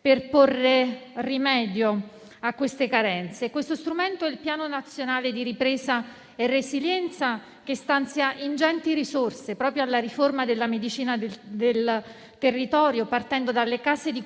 per porre rimedio a dette carenze: questo strumento è il Piano nazionale di ripresa e resilienza, che stanzia ingenti risorse proprio alla riforma della medicina del territorio, partendo dalle case e